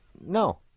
No